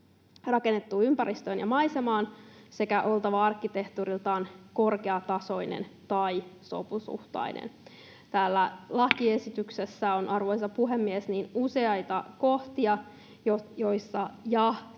rakennettuun ympäristöön ja maisemaan sekä oltava arkkitehtuuriltaan korkeatasoinen tai sopusuhtainen. Täällä lakiesityksessä on, arvoisa puhemies, useita kohtia, joissa ja-,